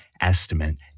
estimate